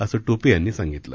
असं टोपे यांनी सांगितलं